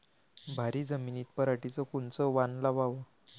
भारी जमिनीत पराटीचं कोनचं वान लावाव?